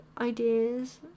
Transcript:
ideas